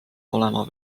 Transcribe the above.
olema